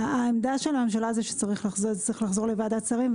העמדה שלה זה שזה צריך לחזור לוועדת שרים,